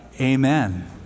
amen